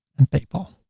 and paypal.